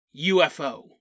UFO